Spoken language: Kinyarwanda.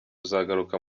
uzagaruka